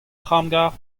tramgarr